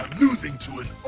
losing to an